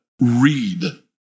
read